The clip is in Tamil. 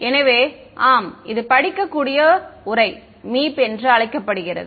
எனவே ஆம் இது படிக்கக்கூடிய உரை மீப் என்று அழைக்கப்படுகிறது